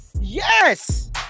yes